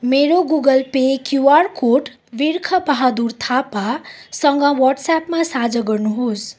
मेरो Google Pay QR code Birkh Bahadur थापासँग वाट्सएपमा साझा गर्नुहोस्